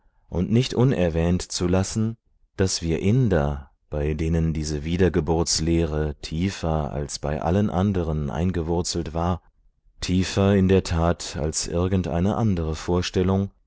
und nicht unerwähnt zu lassen daß wir inder bei denen diese wiedergeburtslehre tiefer als bei allen anderen eingewurzelt war tiefer in der tat als irgendeine andere vorstellung